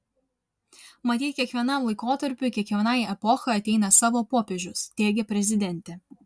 matyt kiekvienam laikotarpiui kiekvienai epochai ateina savo popiežius teigė prezidentė